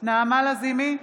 נעמה לזימי,